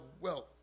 wealth